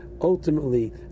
ultimately